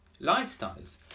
lifestyles